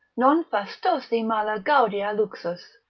non fastosi mala gaudia luxus,